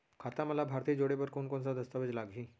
खाता म लाभार्थी जोड़े बर कोन कोन स दस्तावेज लागही?